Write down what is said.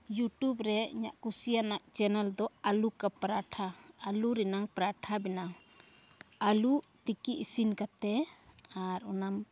YouTube ᱨᱮ ᱤᱧᱟᱹᱜ ᱠᱩᱥᱤᱭᱟᱱᱟᱜ ᱪᱮᱱᱮᱞ ᱫᱚ ᱟᱹᱞᱩᱠᱟ ᱯᱟᱨᱟᱴᱷᱟ ᱟᱹᱞᱩ ᱨᱮᱱᱟᱜ ᱯᱟᱨᱟᱴᱷᱟ ᱵᱮᱱᱟᱣ ᱟᱹᱞᱩ ᱛᱠᱤ ᱤᱥᱤᱱ ᱠᱟᱛᱮ ᱟᱨ ᱚᱱᱟᱢ